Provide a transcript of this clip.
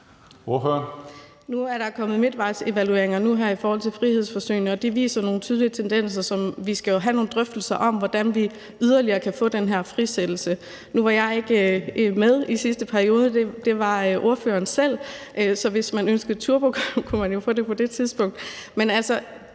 Nu er der kommet midtvejsevalueringer af frihedsforsøgene, og de viser nogle tydelige tendenser. Vi skal jo have nogle drøftelser om, hvordan vi yderligere kan få den her frisættelse. Nu var jeg ikke med i sidste periode, men det var ordføreren selv, så hvis man havde ønsket at sætte turbo på, kunne man jo have fået det på det tidspunkt.